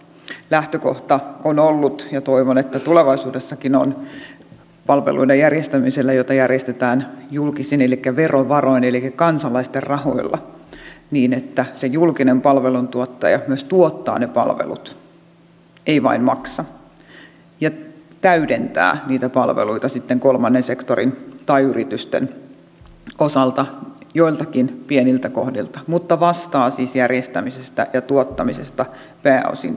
lähtökohta on ollut ja toivon että tulevaisuudessakin on palveluiden järjestämiselle joita järjestetään julkisin eli verovaroin eli kansalaisten rahoilla että se julkinen palveluntuottaja myös tuottaa ne palvelut ei vain maksa ja täydentää niitä palveluita sitten kolmannen sektorin tai yritysten osalta joiltakin pieniltä kohdilta mutta vastaa siis järjestämisestä ja tuottamisesta pääosin itse